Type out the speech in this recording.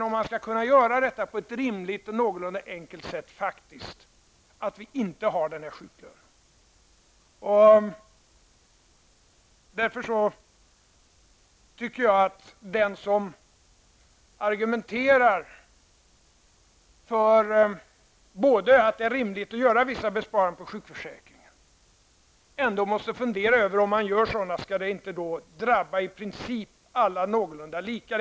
Om man skall kunna göra detta på ett rimligt och någorlunda enkelt sätt är förutsättningen faktiskt att vi inte har denna sjuklön. Därför tycker jag att den som argumenterar för att det är motiverat att göra vissa besparingar på sjukförsäkringen ändå måste fundera över om det då inte är rimligt att de drabbar alla i princip lika.